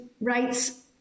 rights